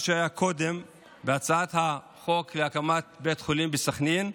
מה שהיה קודם בהצעת החוק להקמת בית חולים בסח'נין,